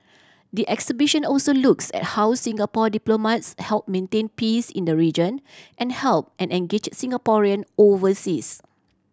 the exhibition also looks at how Singapore diplomats help maintain peace in the region and help and engage Singaporean overseas